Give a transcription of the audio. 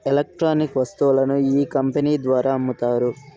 electronic వస్తువులను ఈ company ద్వారా అమ్ముతారు